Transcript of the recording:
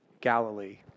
Galilee